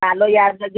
हलो यादि कजो